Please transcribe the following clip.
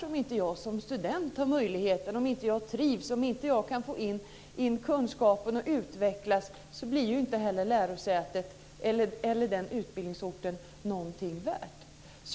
Om inte jag som student har möjligheter, om inte jag trivs, om inte jag kan få in kunskap och utvecklas blir inte heller den utbildningsorten någonting värt.